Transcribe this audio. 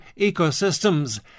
ecosystems